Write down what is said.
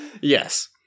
Yes